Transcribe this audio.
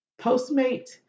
Postmate